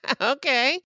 Okay